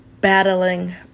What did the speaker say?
battling